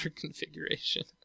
configuration